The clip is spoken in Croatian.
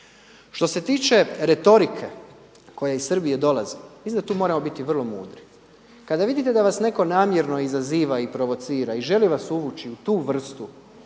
Što se tiče retorike koja iz Srbije dolazi, mislim da tu moramo biti vrlo mudri. Kada vidite da vas netko namjerno izaziva i provocira i želi vas uvući u tu vrstu